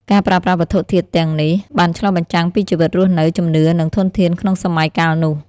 ការប្រើប្រាស់វត្ថុធាតុទាំងនេះបានឆ្លុះបញ្ចាំងពីជីវិតរស់នៅ ជំនឿ និងធនធានក្នុងសម័យកាលនោះ។